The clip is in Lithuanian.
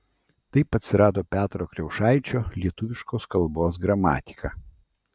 taip atsirado petro kriaušaičio lietuviškos kalbos gramatika